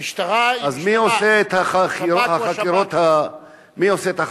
המשטרה היא משטרה, אז מי עושה את החקירות, שב"כ